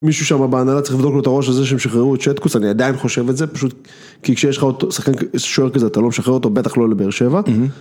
מישהו שם בהנהלה צריך לבדוק לו את הראש הזה שהם שחררו את שטקוס, אני עדיין חושב את זה, פשוט... כי כשיש לך שחקן כזה, שוער כזה, אתה לא משחרר אותו, בטח לא לבאר שבע.